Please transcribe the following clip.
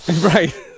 Right